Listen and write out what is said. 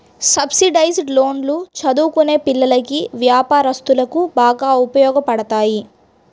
subsidised లోన్లు చదువుకునే పిల్లలకి, వ్యాపారస్తులకు బాగా ఉపయోగపడతాయి